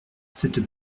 cette